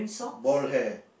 bald hair